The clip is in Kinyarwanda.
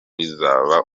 rizaba